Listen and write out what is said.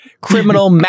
criminal